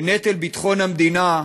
בנטל ביטחון המדינה,